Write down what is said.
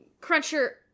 Cruncher